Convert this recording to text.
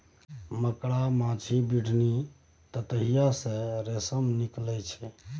मकड़ा, माछी, बिढ़नी, ततैया सँ रेशम निकलइ छै